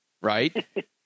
right